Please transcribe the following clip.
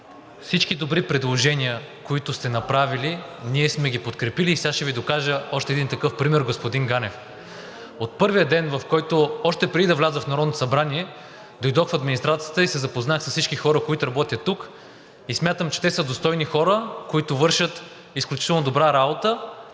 Всички добри предложения, които сте направили, ние сме ги подкрепили. Сега ще Ви докажа още един такъв пример, господин Ганев. От първия ден, още преди да вляза в Народното събрание, дойдох в администрацията и се запознах с всички хора, които работят тук. Смятам, че те са достойни хора, които вършат изключително добра работа.